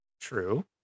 True